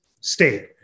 state